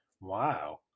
Wow